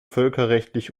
völkerrechtlich